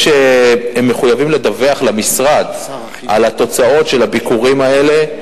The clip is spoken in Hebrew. הם מחויבים לדווח למשרד על התוצאות של הביקורים האלה.